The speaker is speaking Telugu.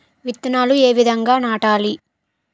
విత్తనాలు ఏ విధంగా నాటాలి?